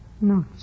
No